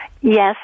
Yes